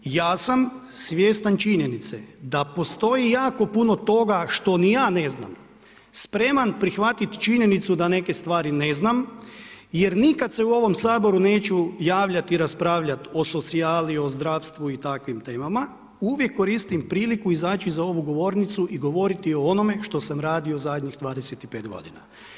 Ja sa svjestan činjenice da postoji jako puno toga što ni ja ne znam, spreman prihvatiti činjenicu da neke stvari ne znam jer nikada se u ovom Saboru neću javljati i raspravljat o socijali, o zdravstvu i takvim temama, uvijek koristim priliku izaći za ovu govornicu i govoriti o onome što sam radio zadnjih 25 godina.